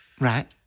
Right